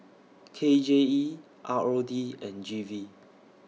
K J E R O D and G V